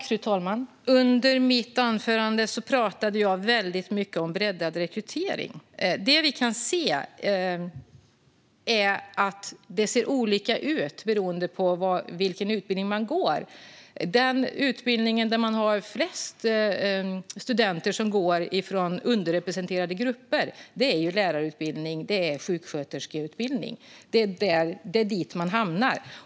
Fru talman! Under mitt anförande talade jag väldigt mycket om breddad rekrytering. Det ser olika ut beroende på vilken utbildning man går på. Den utbildning som har flest studenter från underrepresenterade grupper är lärar och sjuksköterskeutbildningarna. Det är där man hamnar.